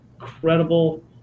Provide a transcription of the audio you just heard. incredible